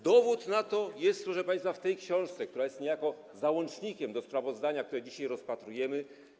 Dowód na to jest, proszę państwa, w tej książce, która jest niejako załącznikiem do sprawozdania, które dzisiaj rozpatrujemy.